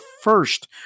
first